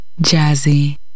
Jazzy